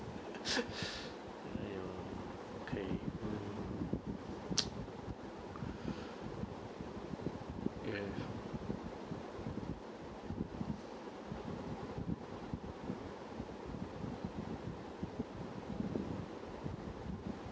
!aiyo! okay mm yes